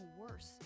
worse